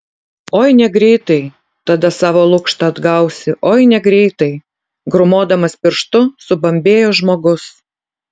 oi negreitai tada savo lukštą atgausi oi negreitai grūmodamas pirštu subambėjo žmogus